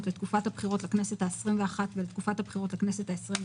לתקופת הבחירות לכנסת ה-21 ולתקופת הבחירות לכנסת ה-22,